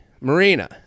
Marina